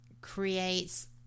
creates